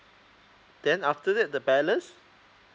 then after that the balance